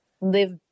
live